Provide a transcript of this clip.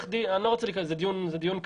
אני לא רוצה להיכנס לזה, זה דיון כבד.